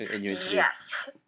yes